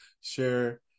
share